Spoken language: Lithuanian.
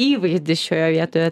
įvaizdis šioje vietoje